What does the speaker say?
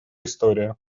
история